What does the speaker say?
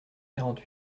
quarante